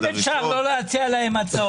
חבר הכנסת יעקב אשר, אם אפשר לא להציע להם הצעות.